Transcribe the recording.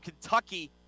Kentucky